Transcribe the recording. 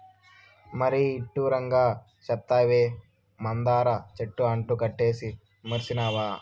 మరీ ఇడ్డూరంగా సెప్తావే, మందార చెట్టు అంటు కట్టేదీ మర్సినావా